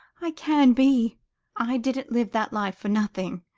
i can be i didn't live that life for nothing.